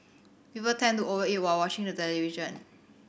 people tend to over eat while watching the television